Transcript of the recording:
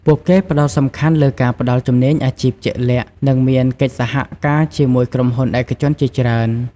ពួកគេផ្ដោតសំខាន់លើការផ្ដល់ជំនាញអាជីពជាក់លាក់ និងមានកិច្ចសហការជាមួយក្រុមហ៊ុនឯកជនជាច្រើន។